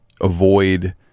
avoid